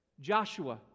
Joshua